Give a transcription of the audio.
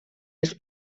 els